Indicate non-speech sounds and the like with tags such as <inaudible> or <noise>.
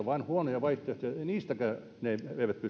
<unintelligible> vain huonoja vaihtoehtoja ja niistäkään he eivät pysty päättämään